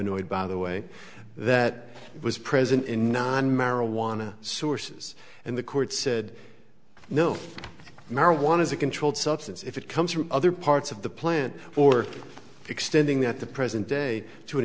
annoyed by the way that it was present in nine marijuana sources and the court said no marijuana is a controlled substance if it comes from other parts of the plant or extending that the present day to an